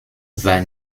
war